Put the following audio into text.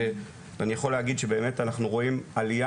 ואני יכול להגיד שבאמת אנחנו רואים עלייה